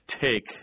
take